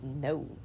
No